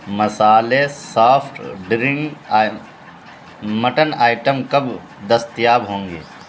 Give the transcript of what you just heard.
مسالے soft drink mutton item کب دستیاب ہوں گے